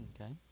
Okay